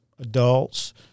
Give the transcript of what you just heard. Adults